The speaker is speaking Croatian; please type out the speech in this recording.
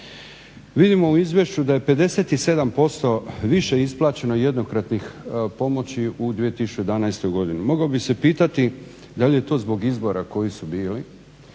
Vidimo u izvješću da je 57% više isplaćeno jednokratnih pomoći u 2011. godini. Mogao bih se pitati da li je to zbog izbora koji su bili